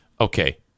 Okay